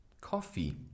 coffee